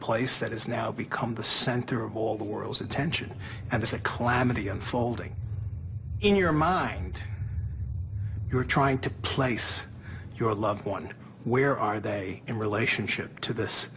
place that has now become the center of all the world's attention and it's a clam of the unfolding in your mind you're trying to place your loved one where are they in relationship to this